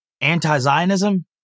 Anti-Zionism